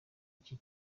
iki